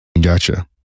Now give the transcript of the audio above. Gotcha